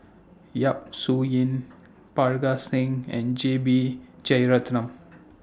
Yap Su Yin Parga Singh and J B Jeyaretnam